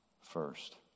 first